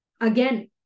Again